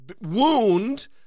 wound